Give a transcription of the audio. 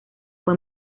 fue